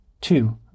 Two